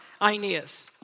Aeneas